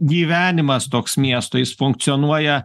gyvenimas toks miesto jis funkcionuoja